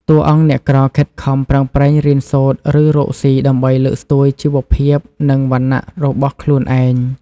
តួអង្គអ្នកក្រខិតខំប្រឹងប្រែងរៀនសូត្រ ឬរកស៊ី ដើម្បីលើកស្ទួយជីវភាព និងវណ្ណៈរបស់ខ្លួនឯង។